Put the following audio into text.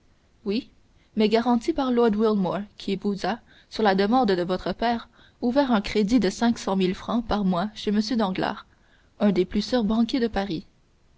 oui mais garanti par lord wilmore qui vous a sur la demande de votre père ouvert un crédit de cinq mille francs par mois chez m danglars un des plus sûrs banquiers de paris